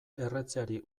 erretzeari